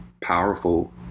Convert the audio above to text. powerful